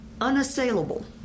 unassailable